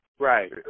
Right